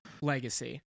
Legacy